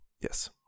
Yes